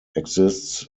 exists